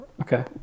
Okay